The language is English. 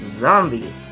Zombie